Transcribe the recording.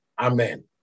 Amen